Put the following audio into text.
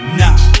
nah